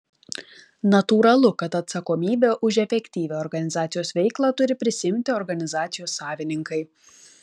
natūralu kad atsakomybę už efektyvią organizacijos veiklą turi prisiimti organizacijos savininkai